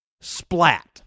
splat